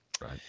Right